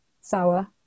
sour